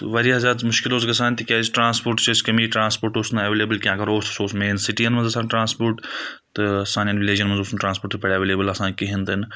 واریاہ زیادٕ مُشکِل اوس گژھان تِکیازِ ٹَرٛانَسپوٹ چھِ أسۍ کمِی ٹَرٛانَسپوٹ اوس نہٕ اَیٚوَیٚلَیبٕل کینٛہہ اگر اوس سُہ اوس مین سِٹی یَن منٛز آسان ٹَرٛانَسپوٹ تہٕ سانؠن وِلَیجَن منٛز اوس نہٕ ٹَرٛانَسپوٹ اَیٚوَیٚلَیبٕل آسان کِہیٖنۍ تہِ نہٕ